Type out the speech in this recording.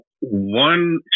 one